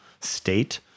state